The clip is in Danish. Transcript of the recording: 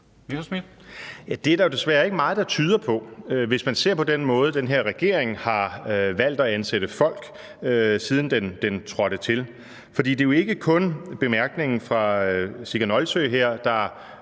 Det er der jo desværre ikke meget der tyder på, hvis man ser på den måde, som den her regering har valgt at ansætte folk på, siden den trådte til. Det er jo ikke kun bemærkningen fra Sigga Nolsøe, der